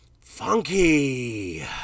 funky